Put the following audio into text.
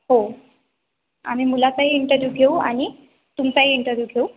हो आम्ही मुलाचाही इंटरव्ह्यू घेऊ आणी तुमचाही इंटरव्ह्यू घेऊ